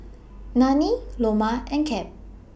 Nanie Loma and Cap